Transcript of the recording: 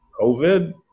COVID